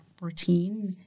routine